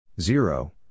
Zero